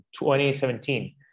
2017